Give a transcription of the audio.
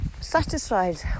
satisfied